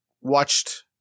watched